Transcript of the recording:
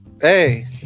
Hey